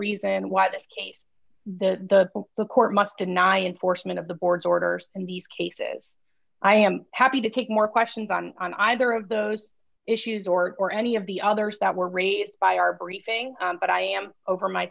reason why this case the the court must deny in forstmann of the board's orders in these cases i am happy to take more questions on on either of those issues or or any of the others that were raised by our briefing but i am over my